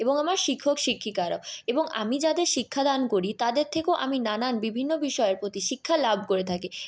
এবং আমার শিক্ষক শিক্ষিকারাও এবং আমি যাদের শিক্ষাদান করি তাদের থেকেও আমি নানান বিভিন্ন বিষয়ের প্রতি শিক্ষা লাভ করে থাকি